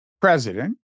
president